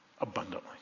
Abundantly